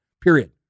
period